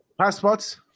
passports